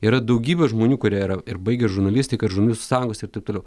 yra daugybė žmonių kurie yra ir baigę žurnalistiką ir žurnalistų sąjungos ir taip toliau